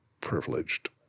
privileged